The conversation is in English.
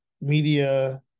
media